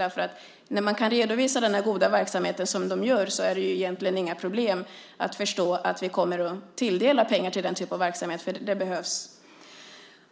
När kvinnojourerna kan redovisa de goda resultat som de uppnår är det väl egentligen inte svårt att förstå att vi kommer att tilldela pengar till den typen av verksamhet, för det behövs.